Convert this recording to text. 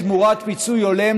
תמורת פיצוי הולם,